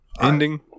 ending